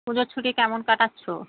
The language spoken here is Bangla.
পুজোর ছুটি কেমন কাটাচ্ছো